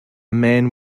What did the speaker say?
man